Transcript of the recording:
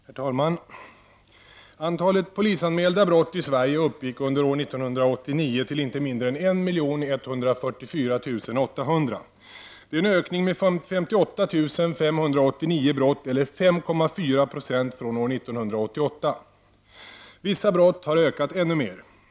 Herr talman! Antalet polisanmälda brott i Sverige uppgick under år 1989 till inte mindre än 1 144 800. Det är en ökning med 58 589 brott, eller 5,4 % från år 1988. Vissa brott har ökat ännu mer.